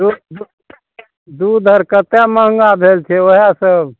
दूध आर कत्तेक महँगा भेल छै वएह सब